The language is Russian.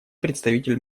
представитель